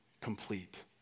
complete